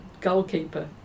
goalkeeper